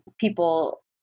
people